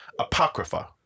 Apocrypha